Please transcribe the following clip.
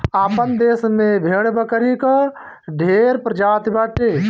आपन देस में भेड़ बकरी कअ ढेर प्रजाति बाटे